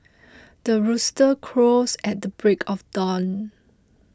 the rooster crows at the break of dawn